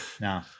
No